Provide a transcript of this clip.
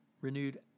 renewed